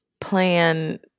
plan